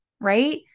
right